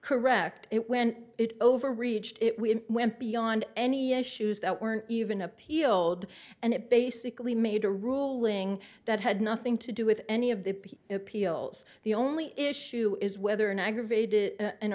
correct it when it overreached it we went beyond any issues that weren't even appealed and it basically made a ruling that had nothing to do with any of the appeals the only issue is whether an aggravated